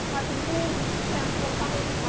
i presume councillor cumming,